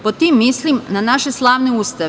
Pod tim mislim na naše slavne ustave.